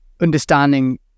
understanding